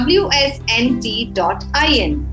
wsnt.in